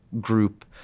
group